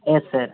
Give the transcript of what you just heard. yes sir